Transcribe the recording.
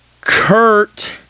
Kurt